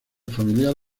familiar